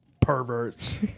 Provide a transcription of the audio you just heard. Perverts